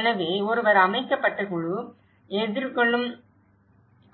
எனவே ஒருவர் அமைக்கப்பட்ட குழு எதிர்கொள்ளும்